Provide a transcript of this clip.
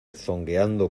zongueando